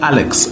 Alex